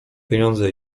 pieniądze